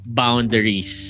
boundaries